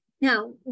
Now